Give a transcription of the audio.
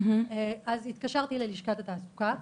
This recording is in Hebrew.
אז התקשרתי ללשכת התעסוקה,